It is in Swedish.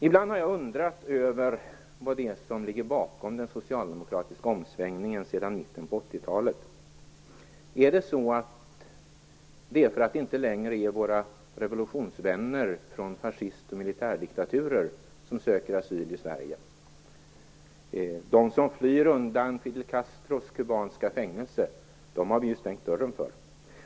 Ibland har jag undrat över vad det är som ligger bakom den socialdemokratiska omsvängningen sedan mitten av 80-talet. Är orsaken att det inte längre är våra revolutionsvänner från fascist och militärdiktaturer som söker asyl i Sverige? De som flyr undan Fidel Castros kubanska fängelse har vi ju stängt dörren för.